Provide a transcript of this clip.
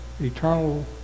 eternal